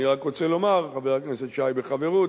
אני רק רוצה לומר, חבר הכנסת שי, בחברות,